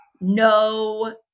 no